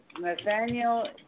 Nathaniel